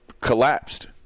collapsed